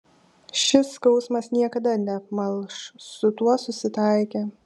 šis skausmas niekada neapmalš su tuo susitaikė